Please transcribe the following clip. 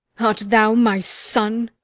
art thou my son?